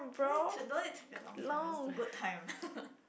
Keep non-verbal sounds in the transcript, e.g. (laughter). don't need to don't need to be a long time just a good time (laughs)